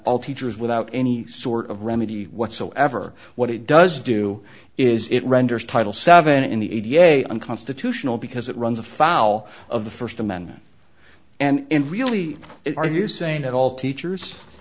all teachers without any sort of remedy whatsoever what it does do is it renders title seven in the a da unconstitutional because it runs afoul of the first amendment and really are you saying that all teachers